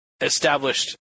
established